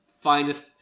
finest